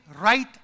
right